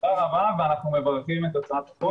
תודה רבה ואנחנו מברכים את הצעת החוק.